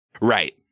Right